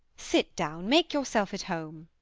sit down make yourself at home.